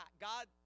God